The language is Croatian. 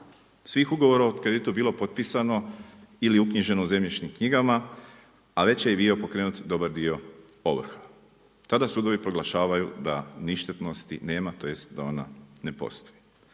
svih ugovora o kreditu bilo potpisano ili uknjiženo u zemljišnim knjigama, a već je bio pokrenut dobar dio ovrha. Tada sudovi proglašavaju da ništetnosti nema, tj. da ona ne postoji.